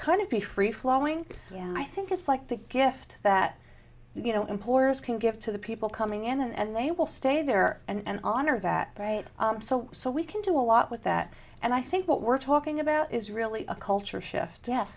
kind of be free flowing i think is like the gift that you know employers can give to the people coming in and they will stay there and honor that right so we can do a lot with that and i think what we're talking about is really a culture shift yes